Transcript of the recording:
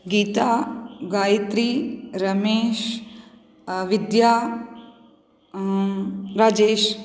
गीता गायत्री रमेशः विद्या राजेशः